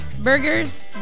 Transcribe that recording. burgers